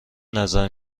نظر